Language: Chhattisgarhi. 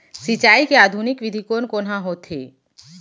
सिंचाई के आधुनिक विधि कोन कोन ह होथे?